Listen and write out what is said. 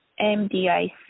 MDIC